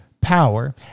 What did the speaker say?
power